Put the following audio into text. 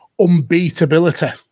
unbeatability